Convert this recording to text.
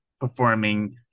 performing